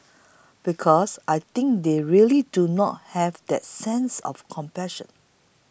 because I think they really do not have that sense of compassion